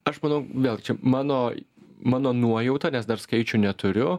aš manau vėl čia mano mano nuojauta nes dar skaičių neturiu